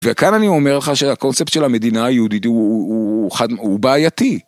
וכאן אני אומר לך שהקונספט של המדינה היהודית הוא בעייתי.